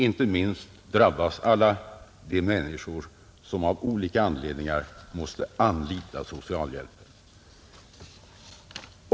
Inte minst drabbas alla de människor som av olika anledningar måste anlita socialhjälpen.